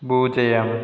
பூஜ்யம்